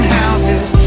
houses